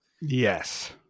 Yes